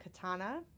Katana